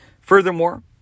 Furthermore